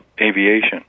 aviation